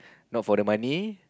not for the money